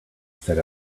set